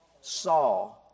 saw